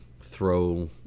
throw